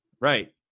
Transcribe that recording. Right